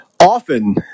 often